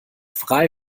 frei